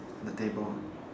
on the table ah